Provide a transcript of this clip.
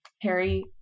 Harry